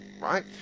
right